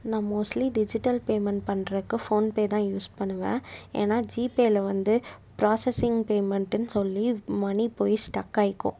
நான் mostly digital payment பண்றதுக்கு PhonePe தான் யூஸ் பண்ணுவேன் ஏன்னா ஜிபேயில் வந்து ப்ராஸசிங் பேமெண்ட்டுன்னு சொல்லி மனி போய் ஸ்டக் ஆயிக்கும்